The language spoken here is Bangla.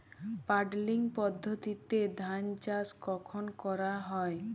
পাডলিং পদ্ধতিতে ধান চাষ কখন করা হয়?